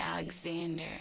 Alexander